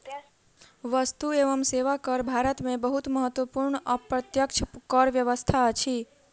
वस्तु एवं सेवा कर भारत में बहुत महत्वपूर्ण अप्रत्यक्ष कर व्यवस्था अछि